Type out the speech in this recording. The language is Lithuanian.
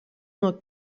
nuo